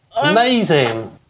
Amazing